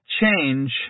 change